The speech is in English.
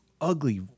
ugly